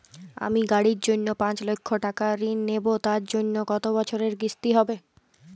আমি গাড়ির জন্য পাঁচ লক্ষ টাকা ঋণ নেবো তার জন্য কতো বছরের কিস্তি হবে?